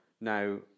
Now